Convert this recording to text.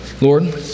Lord